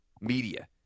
media